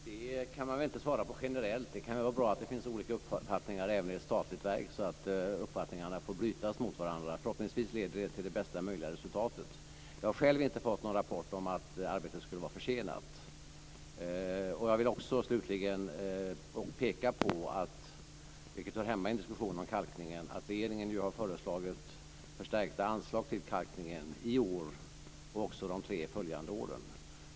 Fru talman! Det kan man inte svara på generellt. Det kan vara bra att det finns olika uppfattningar även i ett statligt verk, så att uppfattningarna får brytas mot varandra. Förhoppningsvis leder det till det bästa möjliga resultatet. Jag har själv inte fått någon rapport om att arbetet skulle vara försenat. Jag vill också slutligt peka på, vilket hör hemma i en diskussion om kalkningen, att regeringen har föreslagit förstärkta anslag till kalkningen i år och också de tre följande åren.